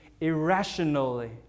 irrationally